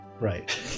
Right